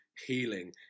healing